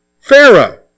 Pharaoh